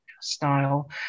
style